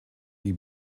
die